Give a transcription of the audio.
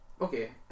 okay